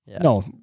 No